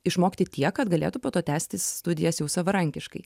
išmokti tiek kad galėtų po to tęsti studijas jau savarankiškai